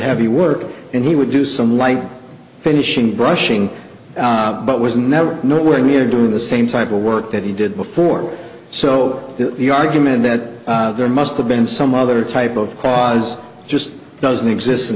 heavy work and he would do some light finishing brushing but was never nowhere near doing the same type of work that he did before so the argument that there must have been some other type of cause just doesn't exist in